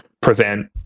prevent